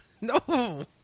No